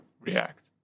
react